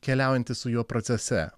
keliaujantis su juo procese